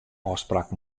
ôfspraak